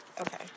Okay